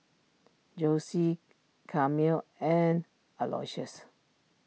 Jossie car meal and Aloysius